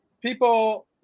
people